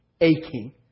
aching